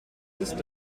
ist